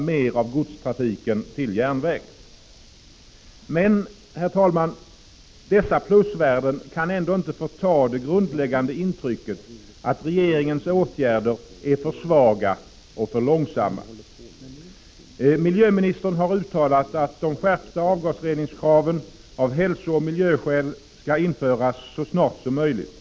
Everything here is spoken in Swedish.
Men, herr talman, dessa plusvärden kan ändå inte förta det grundläggande intrycket att regeringens åtgärder är för svaga och för långsamma. Miljö nistern har uttalat att de skärpta avgasreningskraven av hälsooch miljöskäl skall införas så snart som möjligt.